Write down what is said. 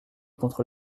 contre